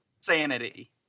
Sanity